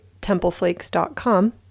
templeflakes.com